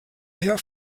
her